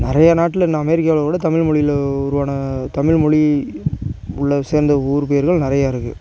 நிறையா நாட்டில் இந்த அமெரிக்காவில் கூட தமிழ் மொழியில் உருவான தமிழ்மொழி உள்ள சேர்ந்த ஊர் பேர்கள் நிறையா இருக்குது